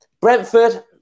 Brentford